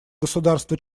государства